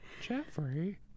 Jeffrey